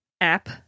app